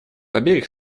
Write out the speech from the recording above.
обеих